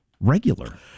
regular